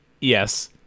Yes